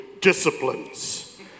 disciplines